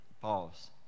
Pause